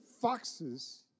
foxes